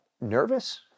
nervous